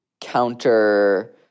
counter